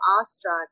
awestruck